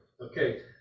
Okay